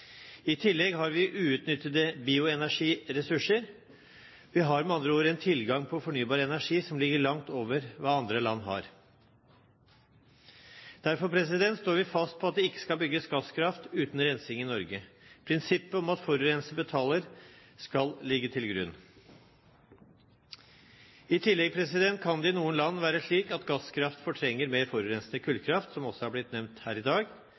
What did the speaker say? I tillegg har vi uutnyttede bioenergiressurser. Vi har med andre ord en tilgang til fornybar energi som ligger langt over hva andre land har. Derfor står vi fast på at det ikke skal bygges gasskraft uten rensing i Norge. Prinsippet om at forurenser betaler skal ligge til grunn. I tillegg kan det i noen land være slik at gasskraft fortrenger mer forurensende kullkraft, som også har vært nevnt her i dag.